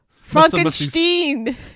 Frankenstein